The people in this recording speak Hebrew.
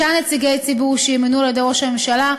שישה נציגי ציבור שימונו על-ידי ראש הממשלה,